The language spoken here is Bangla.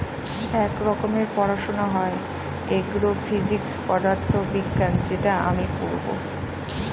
এক রকমের পড়াশোনা হয় এগ্রো ফিজিক্স পদার্থ বিজ্ঞান যেটা আমি পড়বো